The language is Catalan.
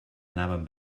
anàvem